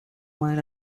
mile